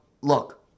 look